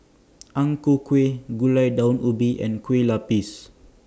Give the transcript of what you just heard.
Ang Ku Kueh Gulai Daun Ubi and Kueh Lapis